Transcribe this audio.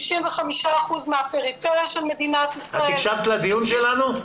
63% מהפריפריה של מדינת ישראל --- את הקשבת לדיון שלנו?